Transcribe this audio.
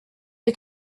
est